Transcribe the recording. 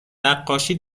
نقاشی